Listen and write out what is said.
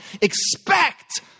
expect